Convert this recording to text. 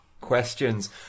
Questions